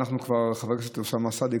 חבר הכנסת אוסאמה סעדי,